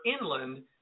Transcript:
inland